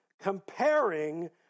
comparing